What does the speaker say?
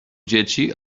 dzieci